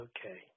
Okay